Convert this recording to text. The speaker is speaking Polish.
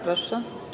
Proszę.